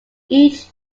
each